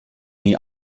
nie